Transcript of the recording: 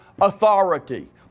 authority